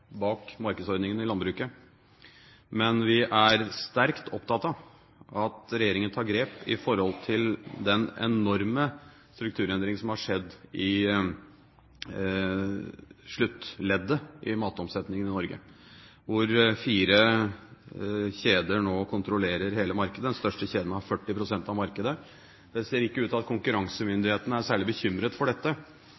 bak markedsordningen i landbruket. Men vi er sterkt opptatt av at regjeringen tar grep i forhold til den enorme strukturendringen som har skjedd i sluttleddet i matvareomsetningen i Norge, hvor fire kjeder nå kontrollerer hele markedet. Den største kjeden har 40 pst. av markedet. Det ser ikke ut til at